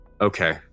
Okay